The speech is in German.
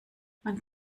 man